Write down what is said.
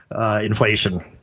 inflation